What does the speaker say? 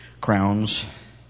Crowns